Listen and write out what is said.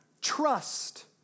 trust